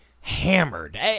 hammered